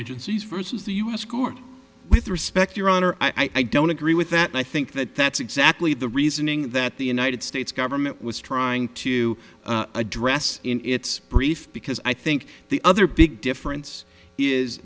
agencies versus the u s court with respect your honor i don't agree with that and i think that that's exactly the reasoning that the united states government was trying to address in its brief because i think the other big difference is